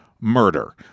Murder